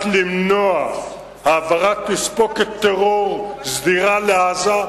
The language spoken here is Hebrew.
למנוע העברת תספוקת טרור סדירה לעזה,